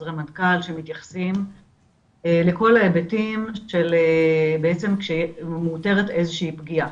חוזרי מנכ"ל שמתייחסים לכל ההיבטים כשמאותרת איזו שהיא פגיעה.